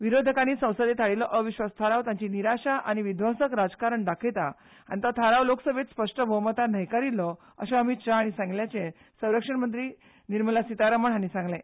विरोधकांनी संसदेंत हाडिल्लो अविस्वास थाराव तांची निरशेवणी आनी विध्वंसक राजकारण दाखयता आनी तो थाराव लोकसभेंत स्पश्ट भोवमतान न्हयकारिल्लो अशें अमित शाह हांणी सांगिल्ल्याचें संरक्षण मंत्री निर्मला सितारामण हांणी सांगलें